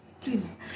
please